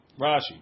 Rashi